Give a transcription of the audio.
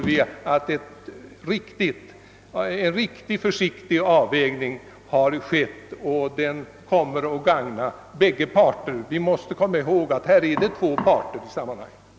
Vi anser att en riktig avvägning har skett som kommer att gagna bägge parter. Vi måste komma ihäg att det här rör sig om två parter, vilka har motsatta intressen.